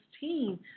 team